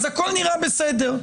הכול נראה בסדר.